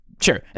sure